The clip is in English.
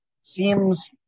seems